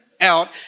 out